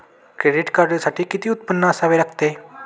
Credit कार्डसाठी किती उत्पन्न असावे लागते?